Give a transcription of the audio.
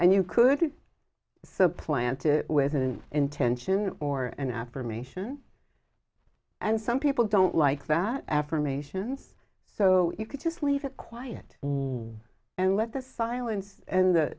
and you could to supplant it with an intention or an affirmation and some people don't like that affirmations so you could just leave it quiet and let the silence and